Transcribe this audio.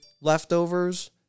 leftovers